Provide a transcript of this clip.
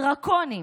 דרקוניים.